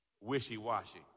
Wishy-washy